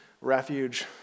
refuge